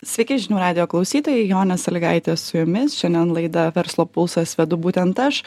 sveiki žinių radijo klausytojai jonė salygaitė su jumis šiandien laidą verslo pulsas vedu būtent aš